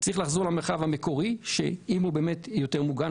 צריך לחזור למרחב המקורי אם הוא באמת יותר מובן.